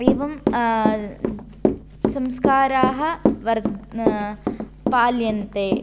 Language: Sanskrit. एवं संस्काराः वर् पाल्यन्ते